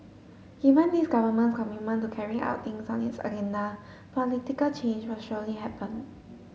given this government's commitment to carrying out things on its agenda political change will surely happen